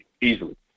easily